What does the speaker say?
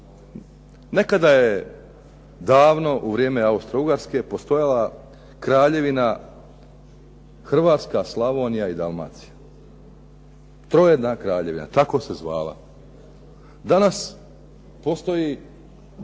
Nekada je davno u vrijeme Austro-Ugarske postojala Kraljevina Hrvatska, Slavonija i Dalmacija. Trojedna kraljevina, tako se zvala. Danas postoji,